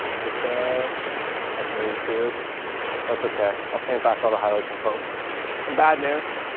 is this a that's an eighty two that's okay. i'll pay him back all the highlights and post some bad news.